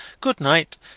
Good-night